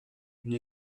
une